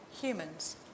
humans